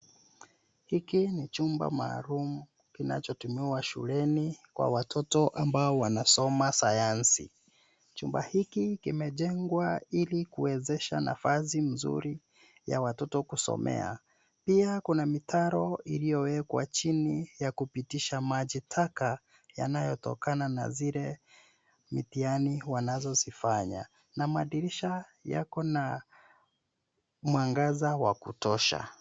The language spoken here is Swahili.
Hiki ni chumba maalum kinachotumiwa shuleni kwa watoto ambao wanasoma Sayansi. Chumba hiki kimejengwa ilikuwezesha nafasi mzuri ya watoto kusomea. Pia kuna mitaro iliyowekwa chini ya kupitisha maji taka yanayotokana na zile mitihani wanazozifanya na madirisha yako na mwangaza wa kutosha.